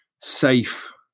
safe